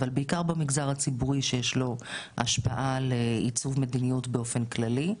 אבל בעיקר במגזר הציבורי שיש לו השפעה על עיצוב מדיניות באופן כללי.